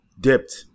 dipped